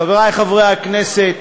חברי חברי הכנסת,